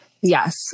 Yes